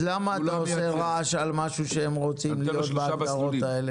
אז למה אתה עושה רעש על משהו שהם רוצים להיות בהגדרות האלה?